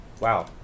Wow